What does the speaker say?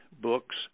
books